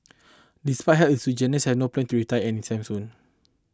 despite health issue Jansen has no plan to retire any time soon